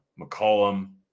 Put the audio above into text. McCollum